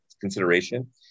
consideration